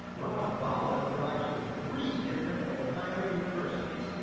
rob balla drives to three different ohio universities,